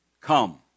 Come